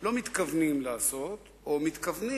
לא נתן להן את ההקלות האמיתיות, המתוקנות.